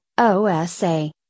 OSA